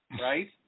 right